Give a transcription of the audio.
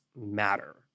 matter